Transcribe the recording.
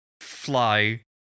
fly